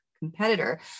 Competitor